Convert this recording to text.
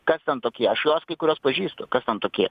kas ten tokie aš juos kai kuriuos pažįstu kas ten tokie